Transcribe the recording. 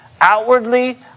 Outwardly